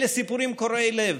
אלה סיפורים קורעי לב,